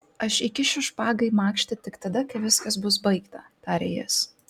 aš įkišiu špagą į makštį tik tada kai viskas bus baigta tarė jis